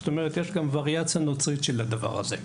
זאת אומרת שיש גם וריאציה נוצרית של הדבר הזה.